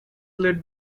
led